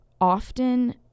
often